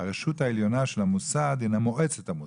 הרשות העליונה של המוסד הינה מועצת המוסד.